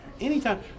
anytime